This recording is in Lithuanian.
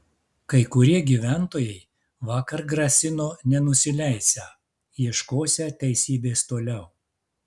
kai kurie gyventojai vakar grasino nenusileisią ieškosią teisybės toliau